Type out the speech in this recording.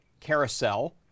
carousel